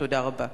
תודה רבה.